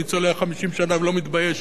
אני צולע 50 שנה ולא מתבייש.